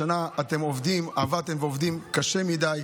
השנה אתם עבדתם ועובדים קשה מדי,